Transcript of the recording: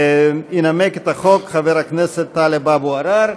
ינמק את החוק חבר הכנסת טלב אבו עראר.